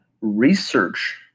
research